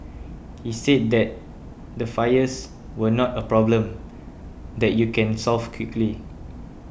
he said that the fires were not a problem that you can solve quickly